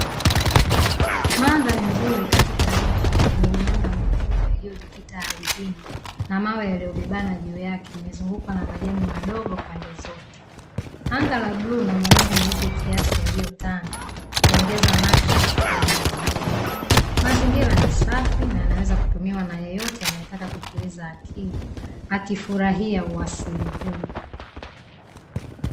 Mandhari nzuri katika nchi yenye miamba mikubwa iliyojikita ardhini, na mawe yaliyobebana juu yake limezungukwa na majani madogo pande zote. Anga la bluu na mawingu meupe kiasi yaliyotanda kuongeza nakshi katika eneo hili. Mazingira ni safi na yanaweza kutumiwa na yeyote anayetaka kutuliza akili akifurahia uasili huu.